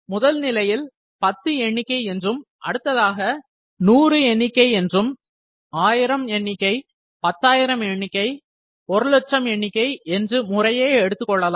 முதல் நிலையில் 10 எண்ணிக்கை என்றும் அடுத்ததாக 10 2 100 எண்ணிக்கை என்றும் 103 1000 எண்ணிக்கை 104 10000 எண்ணிக்கை 105 100000 எண்ணிக்கை என்று முறையே எடுத்துக்கொள்ளலாம்